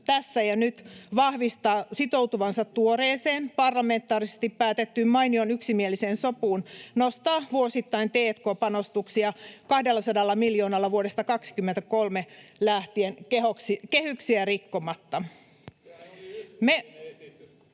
tässä ja nyt — vahvistaa sitoutuvansa tuoreeseen, parlamentaarisesti päätettyyn, mainion yksimieliseen sopuun nostaa vuosittain t&k-panostuksia 200 miljoonalla vuodesta 23 lähtien, kehyksiä rikkomatta.